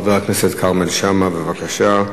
חבר הכנסת כרמל שאמה, בבקשה.